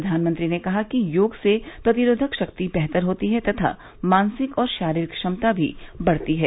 प्रधानमंत्री ने कहा कि योग से प्रतिरोधक शक्ति बेहतर होती है तथा मानसिक और शारीरिक क्षमता भी बढ़ती है